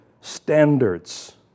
standards